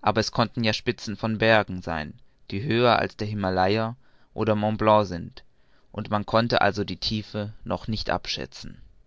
aber es konnten ja spitzen von bergen sein die höher als der himalaja oder montblanc sind und man konnte also die tiefe noch nicht abschätzen